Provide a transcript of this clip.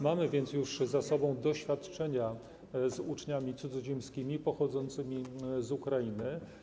Mamy więc już za sobą doświadczenia z uczniami cudzoziemskimi pochodzącymi z Ukrainy.